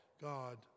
God